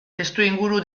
testuinguru